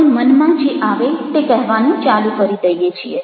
આપણે મનમાં જે આવે તે કહેવાનું ચાલુ કરી દઈએ છીએ